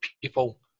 people